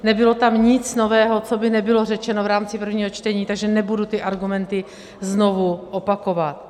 Nebylo tam nic nového, co by nebylo řečeno v rámci prvního čtení, takže nebudu ty argumenty znovu opakovat.